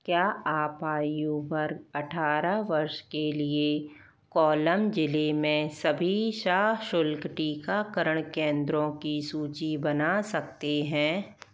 क्या आप आयु वर्ग अट्ठारह वर्ष के लिए कोल्लम ज़िले में सभी शाह शुल्क टीकाकरण केंद्रों की सूची बना सकते हैं